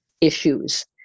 issues